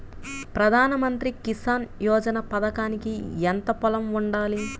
ప్రధాన మంత్రి కిసాన్ యోజన పథకానికి ఎంత పొలం ఉండాలి?